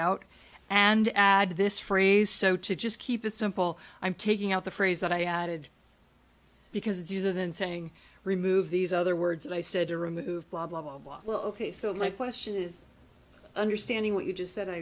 out and add this phrase so to just keep it simple i'm taking out the phrase that i added because it's easier than saying remove these other words that i said to remove blah blah blah blah well ok so my question is understanding what you just said i